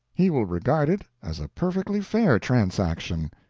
he will regard it as a perfectly fair transaction.